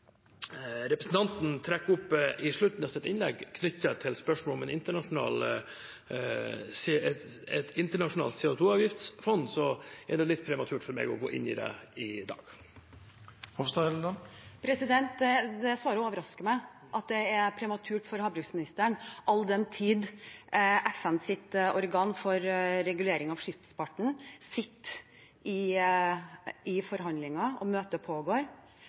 representanten trekker opp i slutten av innlegget sitt, er det litt prematurt for meg å gå inn i det i dag. Det svaret overrasker meg, at det er prematurt for havministeren, all den tid FNs organ for regulering av skipsfarten sitter i forhandlinger, og møtet pågår.